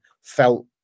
felt